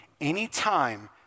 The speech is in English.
Anytime